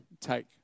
take